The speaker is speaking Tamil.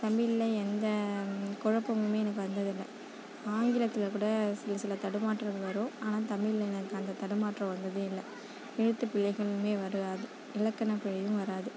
தமிழில் எந்த குழப்பமுமே எனக்கு வந்ததில்லை ஆங்கிலத்தில் கூட சில சில தடுமாற்றம் வரும் ஆனால் தமிழில் எனக்கு அந்த தடுமாற்றம் வந்ததே இல்லை எழுத்துப்பிழைகளுமே வராது இலக்கணப்பிழையும் வராது